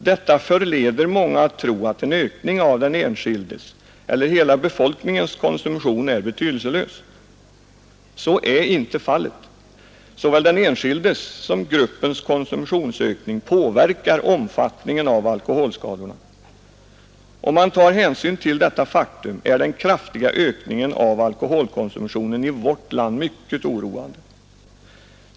Detta förleder många att tro att en ökning av den enskildes eller hela befolkningens konsumtion är betydelselös. Så är inte fallet. Såväl den enskildes som gruppens konsumtionsökning påverkar omfattningen av alkoholskadorna. Om man tar hänsyn till detta faktum är den kraftiga ökningen av alkoholkonsumtionen i vårt land mycket oroande.